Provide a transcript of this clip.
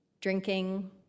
Drinking